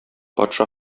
патша